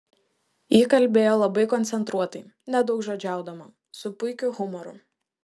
ji kalbėjo labai koncentruotai nedaugžodžiaudama su puikiu humoru